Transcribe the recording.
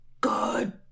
good